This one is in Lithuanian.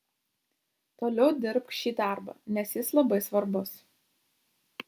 toliau dirbk šį darbą nes jis labai svarbus